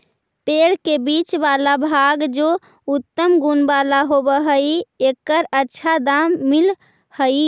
पेड़ के बीच वाला भाग जे उत्तम गुण वाला होवऽ हई, एकर अच्छा दाम मिलऽ हई